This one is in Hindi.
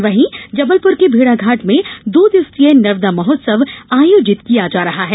वहीं जबलपुर के भेड़ाघाट में दो दिवसीय नर्मदा महोत्सव आयोजित किया जा रहा है